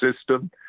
system